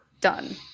done